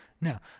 Now